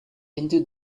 into